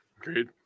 Agreed